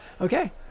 Okay